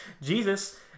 Jesus